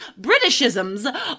Britishisms